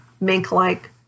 mink-like